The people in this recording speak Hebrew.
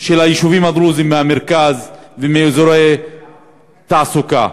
של היישובים הדרוזיים מהמרכז ומאזורי תעסוקה.